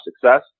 success